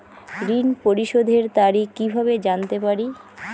ঋণ পরিশোধের তারিখ কিভাবে জানতে পারি?